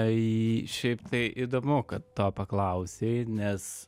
į šiaip tai įdomu kad to paklausei nes